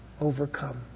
overcome